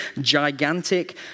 gigantic